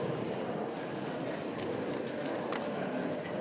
Hvala.